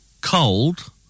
cold